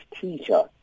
teacher